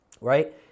right